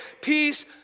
peace